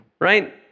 right